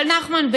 אבל נחמן,